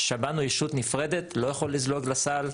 שב"ן הוא ישות נפרדת, לא יכול לזלוג לסל.